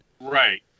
Right